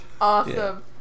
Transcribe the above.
Awesome